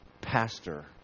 pastor